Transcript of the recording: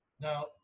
Now